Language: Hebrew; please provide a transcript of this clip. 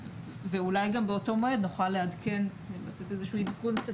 אולי גם באותו מועד נוכל לעדכן איזה שהוא עדכון קצת